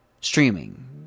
streaming